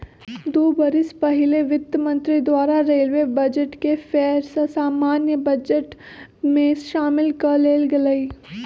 दू बरिस पहिले वित्त मंत्री द्वारा रेलवे बजट के फेर सँ सामान्य बजट में सामिल क लेल गेलइ